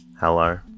Hello